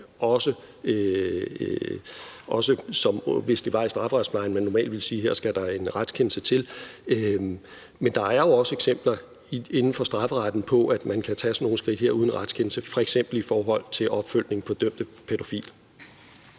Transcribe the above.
også som hvis det var i strafferetsplejen, hvor man normalt ville sige at der skulle en retskendelse til. Men der er jo også eksempler inden for strafferetten på, at man kan tage sådan nogle skridt her uden retskendelse, f.eks. i forhold til opfølgning på dømte pædofile.